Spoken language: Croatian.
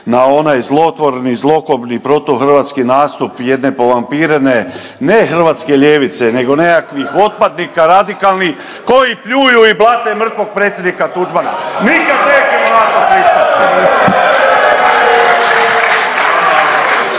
na onaj zlotvorni, zlokobni protuhrvatski nastup jedne povampirene ne hrvatske ljevice nego nekakvi otpadnika radikalnih koji pljuju i blate mrtvog predsjednik Tuđmana. Nikad nećemo na to pristati.